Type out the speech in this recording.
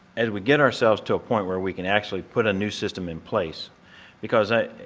as we get ourselves to a point where we can actually put a new system in place because i,